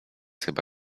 chyba